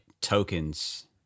tokens